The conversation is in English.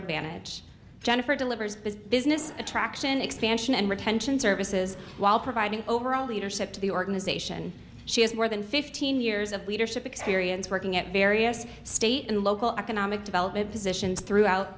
advantage jennifer delivers his business attraction expansion and retention services while providing overall leadership to the organization she has more than fifteen years of leadership experience working at various state and local economic development positions throughout